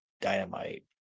dynamite